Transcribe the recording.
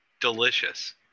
delicious